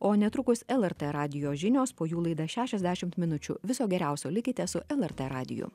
o netrukus lrt radijo žinios po jų laida šešiasdešimt minučių viso geriausio likite su lrt radiju